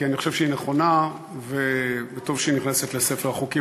כי אני חושב שהיא נכונה וטוב שהיא נכנסת לספר החוקים.